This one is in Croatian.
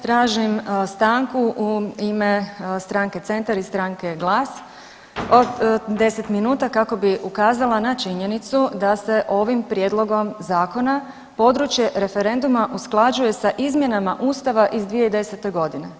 Tražim stanku u ime Stranke Centar i Stranke GLAS od 10 minuta kako bi ukazala na činjenicu da se ovim prijedlogom zakona područje referenduma usklađuje sa izmjenama ustava iz 2010.g.